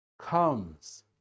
comes